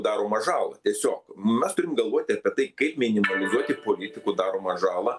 daromą žalą tiesiog mes turim galvoti apie tai kaip minimalizuoti politikų daromą žalą